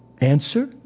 Answer